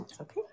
okay